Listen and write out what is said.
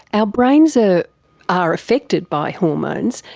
ah brains ah are affected by hormones,